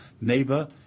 neighbor